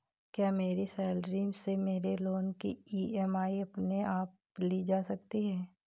क्या मेरी सैलरी से मेरे लोंन की ई.एम.आई अपने आप ली जा सकती है?